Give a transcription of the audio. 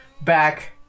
back